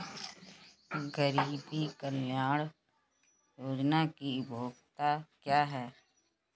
गरीब कल्याण योजना की योग्यता क्या है?